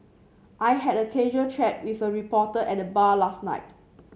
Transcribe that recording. I had a casual chat with a reporter at the bar last night